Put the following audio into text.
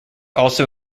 also